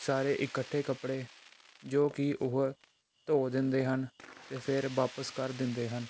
ਸਾਰੇ ਇਕੱਠੇ ਕੱਪੜੇ ਜੋ ਕਿ ਉਹ ਧੋ ਦਿੰਦੇ ਹਨ ਅਤੇ ਫਿਰ ਵਾਪਸ ਕਰ ਦਿੰਦੇ ਹਨ